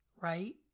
right